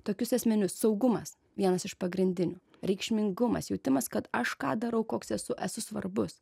tokius esminius saugumas vienas iš pagrindinių reikšmingumas jutimas kad aš ką darau koks esu esu svarbus